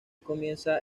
comienza